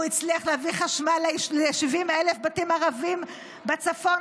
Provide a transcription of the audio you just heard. והוא הצליח להביא חשמל ל-70,000 בתים ערביים בצפון.